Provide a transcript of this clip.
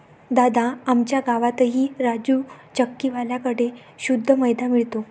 दादा, आमच्या गावातही राजू चक्की वाल्या कड़े शुद्ध मैदा मिळतो